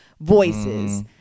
voices